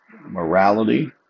morality